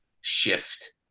shift